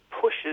pushes